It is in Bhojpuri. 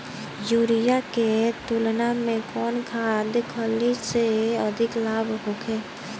यूरिया के तुलना में कौन खाध खल्ली से अधिक लाभ होखे?